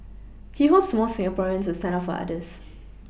he hopes more Singaporeans will stand up for others